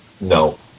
No